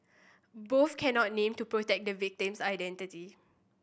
both cannot named to protect the victim's identity